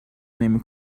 نمی